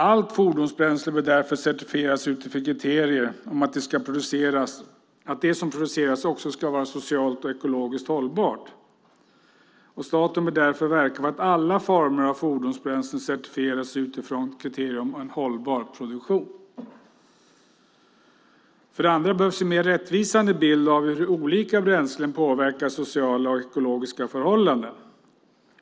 Allt fordonsbränsle bör därför certifieras utifrån kriterier om att det som produceras också ska vara socialt och ekologiskt hållbart. Staten bör därför verka för att alla former av fordonsbränslen certifieras utifrån kriterier om en hållbar produktion. För det andra behövs en mer rättvisande bild av hur olika bränslen påverkar sociala och ekologiska förhållanden.